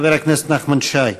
חבר הכנסת נחמן שי.